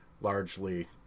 largely